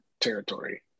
territory